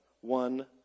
one